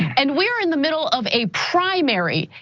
and we are in the middle of a primary.